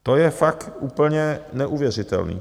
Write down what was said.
To je fakt úplně neuvěřitelný.